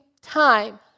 time